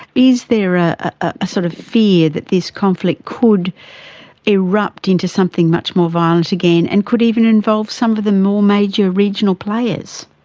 is there a ah sort of fear that this conflict could erupt into something much more violent again and could even involve some of the more major regional players?